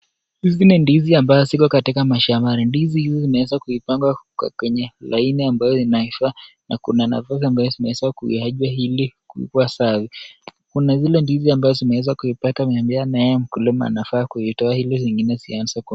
Hizi ni ndizi ambazo ziko katika mashambani. Ndizi hizi zimeweza kuipangwa kwenye laini ambayo inaifaa na kuna nafaka ambayo zimeweza kuachwa ili kubwa [sawi]. Kuna zile ndizi ambazo zimeweza kuipata tembea naye mkulima anaitoa ili zingine zianze kui..